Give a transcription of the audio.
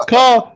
Call